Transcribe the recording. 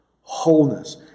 wholeness